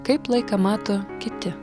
kaip laiką mato kiti